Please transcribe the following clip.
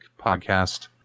podcast